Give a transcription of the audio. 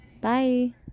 bye